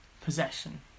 possession